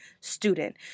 student